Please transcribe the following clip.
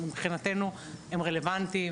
הם מבחינתנו הם רלוונטיים,